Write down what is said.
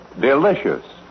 delicious